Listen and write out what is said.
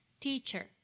Teacher